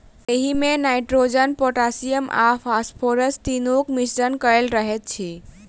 एहिमे nitrogen, potassium आ phosphorus तीनूक मिश्रण कएल रहैत अछि